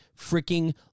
freaking